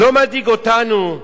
לא מדאיג אותנו,